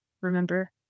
remember